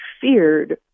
feared